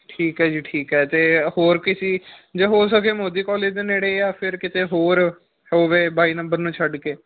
ਠੀਕ ਹੈ ਜੀ ਠੀਕ ਹੈ ਅਤੇ ਹੋਰ ਕਿਸੀ ਜੇ ਹੋ ਸਕੇ ਮੋਦੀ ਕੋਲਜ ਦੇ ਨੇੜੇ ਜਾਂ ਫਿਰ ਕਿਤੇ ਹੋਰ ਹੋਵੇ ਬਾਈ ਨੰਬਰ ਨੂੰ ਛੱਡ ਕੇ